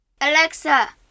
Alexa